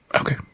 okay